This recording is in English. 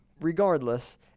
Regardless